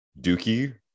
dookie